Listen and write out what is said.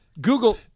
Google